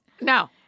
No